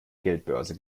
geldbörse